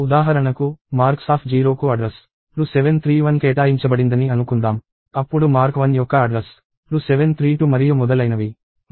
ఉదాహరణకు marks0 కు address 2731 కేటాయించబడిందని అనుకుందాం అప్పుడు మార్క్ 1 యొక్క అడ్రస్ 2732 మరియు మొదలైనవి మార్క్స్ 6 యొక్క అడ్రస్ 2737 వద్ద ఉంటాయి